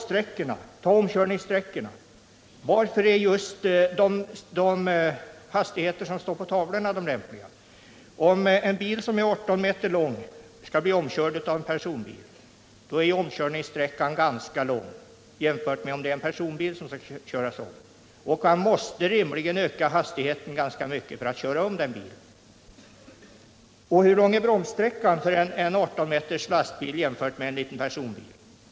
Ta omkörningssträckorna! Varför är just de hastigheter som står på tavlorna de lämpliga? När en personbil skall köra om ett fordon som är 18 m långt blir omkörningssträckan ganska mycket längre än när man skall köra om ett kortare fordon. Man måste rimligen öka hastigheten ganska mycket för att köra om ett fordon som är 18 m. Hur lång är bromssträckan för en 18 m lång lastbil jämfört med den för en liten personbil?